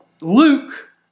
Luke